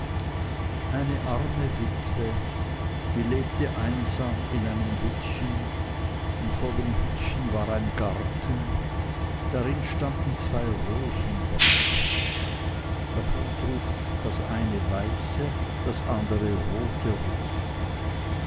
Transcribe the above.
eine arme witwe die lebte einsam in einem hüttchen und vor dem hüttchen war ein garten darin standen zwei rosenbäumchen davon trug das eine weiße das andere rote rosen